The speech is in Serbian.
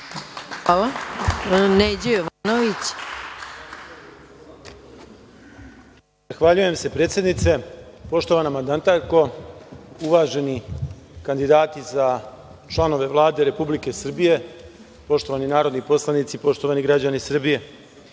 **Neđo Jovanović** Zahvaljujem se, predsednice. Poštovana mandatarko, uvaženi kandidati za članove Vlade Republike Srbije, poštovani narodni poslanici, poštovani građani Srbije,